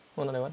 oh not that one